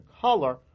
color